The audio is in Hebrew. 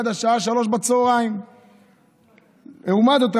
עד השעה 15:00. לעומת זאת,